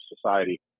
society